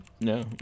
no